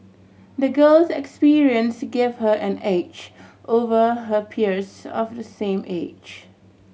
the girl experience gave her an edge over her peers of the same age